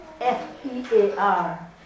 F-E-A-R